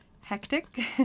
hectic